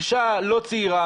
אישה לא צעירה,